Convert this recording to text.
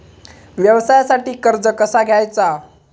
व्यवसायासाठी कर्ज कसा घ्यायचा?